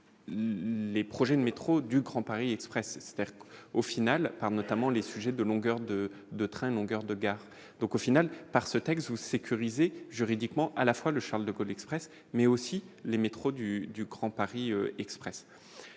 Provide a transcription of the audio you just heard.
fait les projets de métro du Grand Paris Express au final par notamment les sujets de longueur de 2 trains longueur de gare, donc au final par ce texte vous sécuriser juridiquement à la fois le Charles-de-Gaulle Express mais aussi les métros du du Grand Paris Express